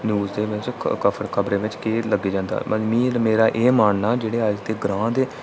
news बिच खबरें बिच केह् लग्गेआ जंदा मी मेरा एह् मन्नना कि अज्ज दे जेह्ड़े ग्रांऽ दे